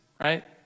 right